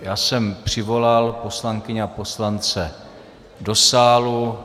Já jsem přivolal poslankyně a poslance do sálu.